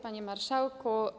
Panie Marszałku!